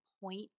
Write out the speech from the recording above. point